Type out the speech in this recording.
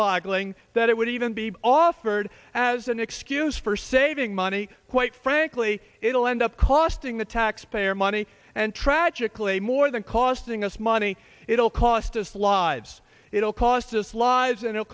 boggling that it would even be offered as an excuse for saving money quite frankly it'll end up costing the taxpayer money and tragically more than costing us money it'll cost us lives it will cost us lives and it